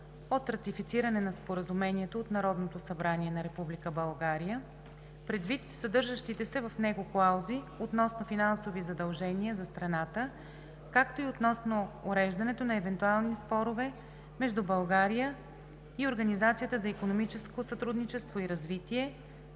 от ратифициране на Споразумението от Народното събрание на Република България предвид съдържащите се в него клаузи относно финансови задължения за страната, както и относно уреждането на евентуални спорове между България и Организацията за икономическо сътрудничество и развитие